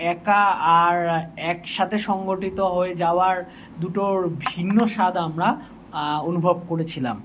একা আর এক সাথে সংগঠিত হয়ে যাওয়ার দুটোর ভিন্ন স্বাদ আমরা অনুভব করেছিলাম